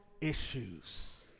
issues